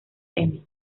emmy